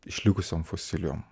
išlikusiom fosilijom